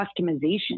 customization